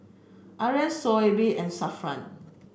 Aryan Shoaib and Zafran